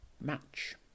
match